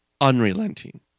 unrelenting